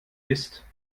ist